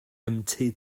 empty